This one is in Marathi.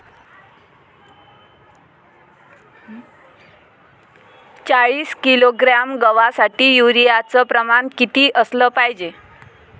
चाळीस किलोग्रॅम गवासाठी यूरिया च प्रमान किती असलं पायजे?